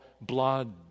blood